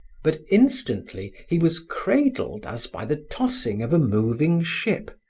but instantly he was cradled as by the tossing of a moving ship,